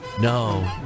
No